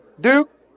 Duke